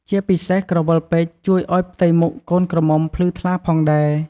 ជាពិសេសក្រវិលពេជ្រជួយឲ្យផ្ទៃមុខកូនក្រមុំភ្លឺថ្លាផងដែរ។